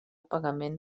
pagament